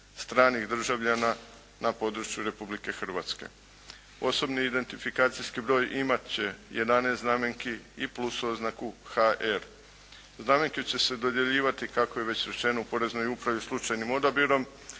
stranih državljana na području Republike Hrvatske. Osobni identifikacijski broj imati će 11 znamenki i plus oznaku HR. Znamenke će se dodjeljivati kako je već rečeno u poreznoj upravi, slučajnim odabirom,